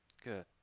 Good